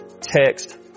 text